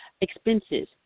expenses